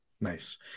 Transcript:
Nice